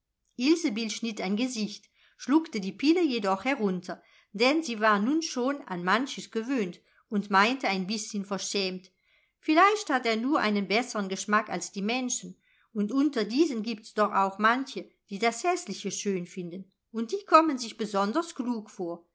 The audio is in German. schnitt ein gesicht schluckte die pille jedoch herunter denn sie war nun schon an manches gewöhnt und meinte ein bißchen verschämt vielleicht hat er nur einen besseren geschmack als die menschen und unter diesen gibt's doch auch manche die das häßliche schön finden und die kommen sich besonders klug vor